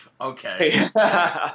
Okay